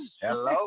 Hello